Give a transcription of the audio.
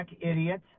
idiot